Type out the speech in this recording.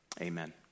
Amen